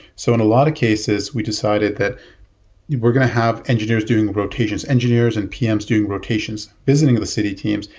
so, in a lot of cases, we decided that we're going to have engineers doing rotations, engineers and pms doing rotations. visiting the city teams,